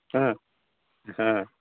ᱦᱮᱸ ᱦᱮᱸ